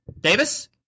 Davis